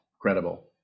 credible